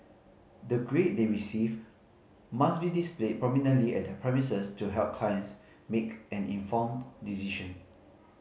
the grade they receive must be displayed prominently at their premises to help kinds make an informed decision